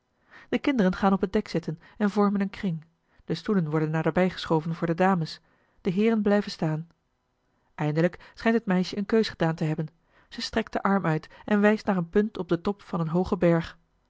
de kinderen gaan op het dek zitten en vormen een kring de stoelen worden naderbij geschoven voor de dames de heeren blijven staan eindelijk schijnt het meisje eene keus gedaan te hebben ze strekt den arm uit en wijst naar een punt op den top van een hoogen berg